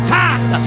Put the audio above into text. time